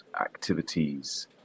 activities